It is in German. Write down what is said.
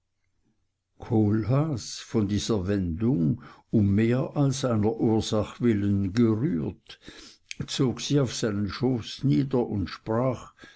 von dieser wendung um mehr als einer ursach willen gerührt zog sie auf seinen schoß nieder und sprach